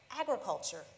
agriculture